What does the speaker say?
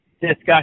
discussion